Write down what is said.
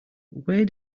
where